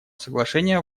соглашения